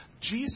Jesus